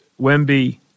Wemby